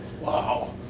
Wow